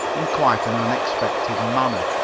in quite an unexpected manner.